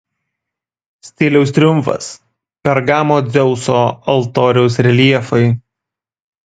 stiliaus triumfas pergamo dzeuso altoriaus reljefai